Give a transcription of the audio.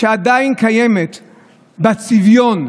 שעדיין קיימת בצביון,